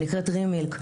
שנקראת "רימילק",